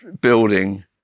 building